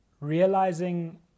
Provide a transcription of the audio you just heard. realizing